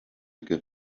give